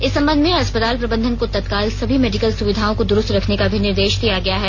इस संबंध में अस्पताल प्रबंधन को तत्काल सभी मेडिकल सुविधाओं को दुरुस्त रखने का भी निर्देश दिया गया है